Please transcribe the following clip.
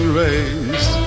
race